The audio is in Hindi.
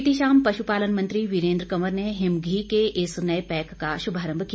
बीती शाम पशु पालन मंत्री वीरेंद्र कंवर ने हिम घी के इस नए पैक का शुभारंभ किया